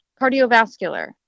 cardiovascular